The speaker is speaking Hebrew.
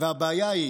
הבעיה היא